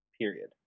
Period